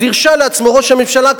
אז הרשה לעצמו ראש הממשלה,